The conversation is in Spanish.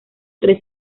tres